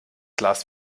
glas